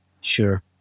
Sure